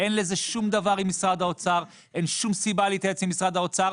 אין לזה שום דבר עם משרד האוצר; אין שום סיבה להתייעץ עם משרד האוצר,